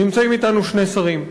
נמצאים אתנו שני שרים,